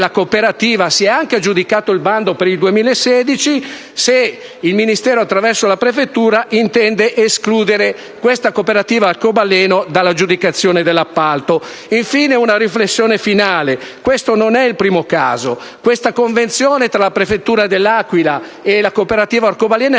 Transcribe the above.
la cooperativa si è anche aggiudicata il bando per il 2016, il Ministero, attraverso la prefettura, intenda escludere la cooperativa Arcobaleno dall'aggiudicazione dell'appalto. Aggiungo una riflessione finale: questo non è il primo caso. La convenzione tra la prefettura dell'Aquila e la cooperativa Arcobaleno è